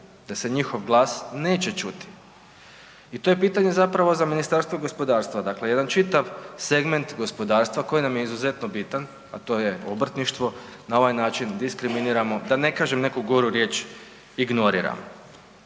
da se njihov glas neće čuti. I to je pitanje za Ministarstvo gospodarstva, dakle jedan čitav segment gospodarstva koji nam je izuzetno bitan, a to je obrtništvo, na ovaj način diskriminiramo da ne kažem neku goru riječ ignoriramo.